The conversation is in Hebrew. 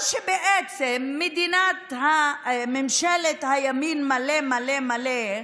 או שבעצם ממשלת הימין מלא מלא מלא,